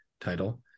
title